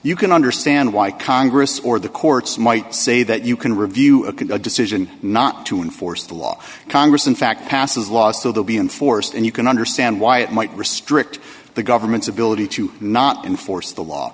you can understand why congress or the courts might say that you can review a can do a decision not to enforce the law congress in fact passes laws so they'll be enforced and you can understand why it might restrict the government's ability to not enforce the law